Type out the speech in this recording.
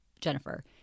Jennifer